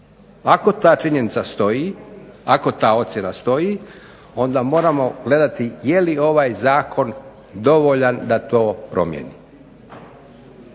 Ako ta činjenica stoji, ako ta ocjena stoji, onda moramo gledati je li ovaj zakon dovoljan da to promijeni.